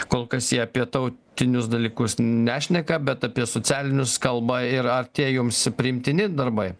kol kas jie apie tautinius dalykus nešneka bet apie socialinius kalba ir ar tie jums priimtini darbai